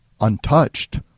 untouched